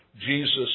Jesus